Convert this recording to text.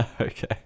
Okay